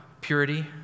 purity